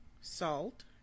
Salt